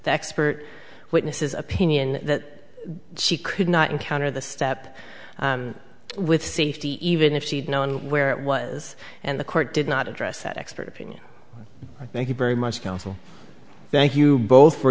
the expert witnesses opinion that she could not encounter the step with safety even if she'd known where it was and the court did not address that expert opinion thank you very much counsel thank you both for